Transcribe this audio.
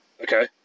Okay